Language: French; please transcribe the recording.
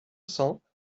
cents